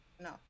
No